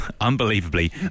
unbelievably